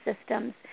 systems